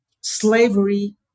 slavery